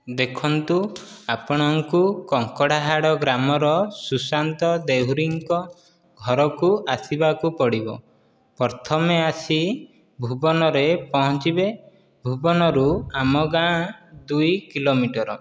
ଦେଖନ୍ତୁ ଆପଣଙ୍କୁ କଙ୍କଡ଼ାହାଡ଼ ଗ୍ରାମର ସୁଶାନ୍ତ ଦେହୁରୀଙ୍କ ଘରକୁ ଆସିବାକୁ ପଡ଼ିବ ପ୍ରଥମେ ଆସି ଭୂବନରେ ପହଞ୍ଚିବେ ଭୂବନରୁ ଆମ ଗାଁ ଦୁଇ କିଲୋମିଟର